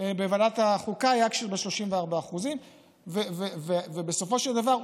בוועדת החוקה היה כשהיו 34%. ובסופו של דבר,